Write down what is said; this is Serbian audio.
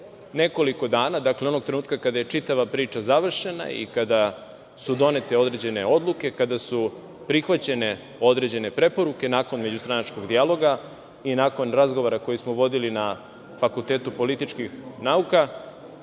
nekoliko dana, dakle, onog trenutka kada je čitava priča završena i kada su donete određene odluke, kada su prihvaćene određene preporuke, nakon međustranačkog dijaloga i nakon razgovora koji smo vodili na Fakultetu političkih nauka